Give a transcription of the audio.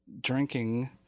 drinking